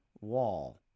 wall